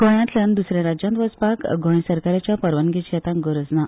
गोंयांतल्यान द्रसऱ्या राज्यांत वचपाक गोंय सरकाराच्या परवानगेची आतां गरज ना